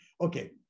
Okay